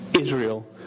Israel